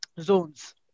zones